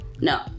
no